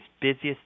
busiest